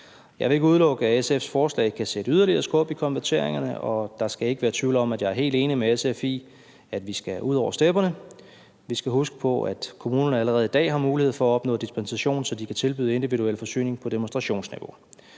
Jeg vil ikke udelukke, at SF's forslag kan sætte yderligere skub i konverteringerne, og der skal ikke være tvivl om, at jeg er helt enig med SF i, at vi skal ud over stepperne. Vi skal huske på, at kommunerne allerede i dag har mulighed for at opnå dispensation, så de kan tilbyde individuel forsyning på demonstrationsniveau.